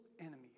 enemies